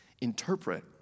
interpret